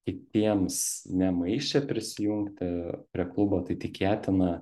kitiems nemaišė prisijungti prie klubo tai tikėtina